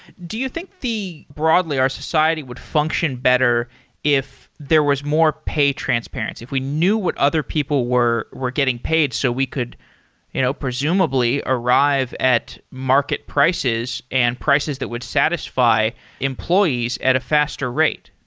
do you think, broadly, our society would function better if there was more pay transparency? if we knew what other people were were getting paid so we could you know presumably arrive at market prices and prices that would satisfy employees at a faster rate